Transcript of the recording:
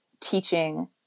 teaching